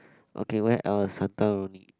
okay where else Santorini